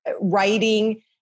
writing